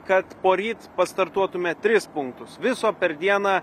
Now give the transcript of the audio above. kad poryt pastartuotume tris punktus viso per dieną